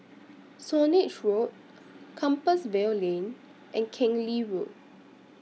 Swanage Road Compassvale Lane and Keng Lee Road